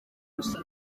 gusa